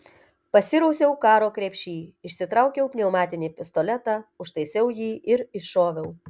pasirausiau karo krepšy išsitraukiau pneumatinį pistoletą užtaisiau jį ir iššoviau